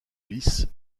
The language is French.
lys